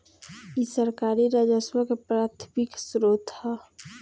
इ सरकारी राजस्व के प्राथमिक स्रोत ह